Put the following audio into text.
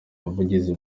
ubuvugizi